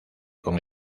con